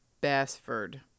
bassford